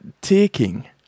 taking